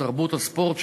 התרבות והספורט,